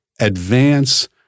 advance